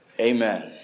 Amen